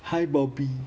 hi bobby